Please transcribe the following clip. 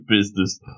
business